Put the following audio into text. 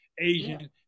Asian